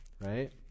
right